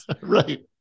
Right